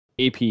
AP